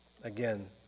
Again